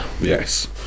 Yes